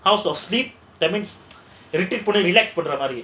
house of sleep that means everything put relax put the remedy